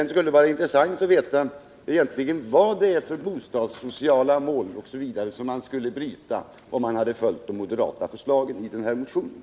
Det skulle vara intressant att få veta vilka bostadssociala mål man skulle äventyra genom att följa förslagen i den moderata motionen.